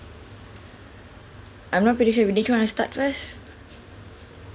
I'm not pretty sure you start first